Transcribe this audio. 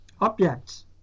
objects